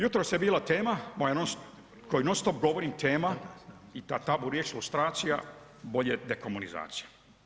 Jutros je bila tema, koju non stop govorim tema i ta tabu riječ lustracija bolje dekomunizacija.